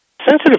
Sensitive